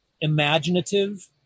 imaginative